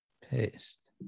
paste